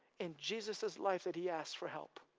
in jesus' life that he asked for help.